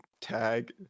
Tag